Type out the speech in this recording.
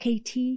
KT